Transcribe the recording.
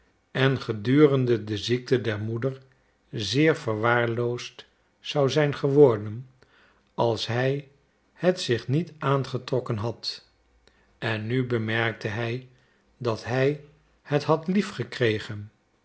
en gedurende de ziekte der moeder zeer verwaarloosd zou zijn geworden als hij het zich niet aangetrokken had en nu bemerkte hij dat hij het had